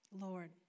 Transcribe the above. Lord